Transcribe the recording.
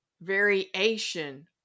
variation